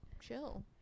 chill